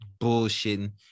bullshitting